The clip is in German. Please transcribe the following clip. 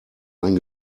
ein